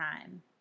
time